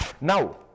Now